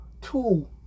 two